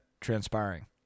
transpiring